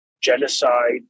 genocide